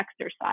exercise